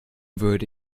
würde